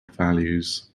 values